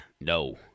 No